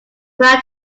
prior